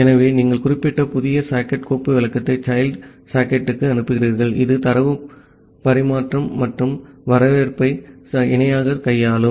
ஆகவே நீங்கள் குறிப்பிட்ட புதிய சாக்கெட் கோப்பு விளக்கத்தை child சாக்கெட்டுக்கு அனுப்புகிறீர்கள் இது தரவு பரிமாற்றம் மற்றும் வரவேற்பை இணையாக கையாளும்